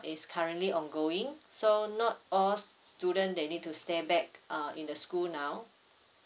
is currently ongoing so not all student they need to stay back uh in the school now